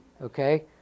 okay